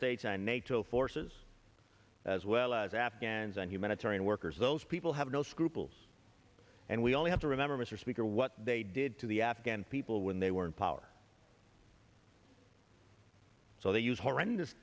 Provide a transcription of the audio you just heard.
states and nato forces as well as afghans and humanitarian workers those people have no scruples and we only have to remember mr speaker what they did to the afghan people when they were in power so they use horrendous